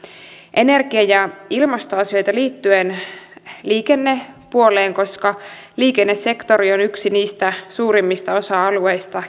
energia ja ilmastoasioita liittyen liikennepuoleen koska liikennesektori on yksi niistä suurimmista osa alueista